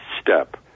step